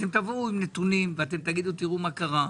אתם תבואו עם נתונים ואתם תגידו: תראו מה קרה,